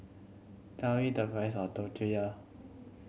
tell me the price of Tortilla